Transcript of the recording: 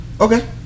Okay